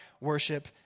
worship